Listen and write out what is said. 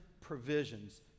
provisions